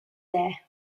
there